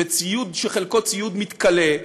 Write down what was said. וציוד שחלקו ציוד מתכלה,